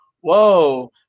Whoa